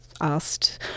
asked